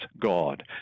God